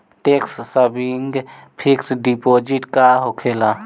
Tax saving fix deposit का होखे ला?